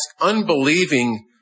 unbelieving